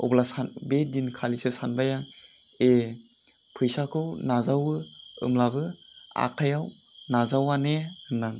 अब्ला सान बे दिनखालिसो सानबाय आं ए फैसाखौ नाजावो होमब्लाबो आखायाव नाजावा ने होनना